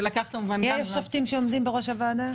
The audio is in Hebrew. מי הם השופטים שעומדים בראש הוועדה?